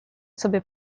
sobie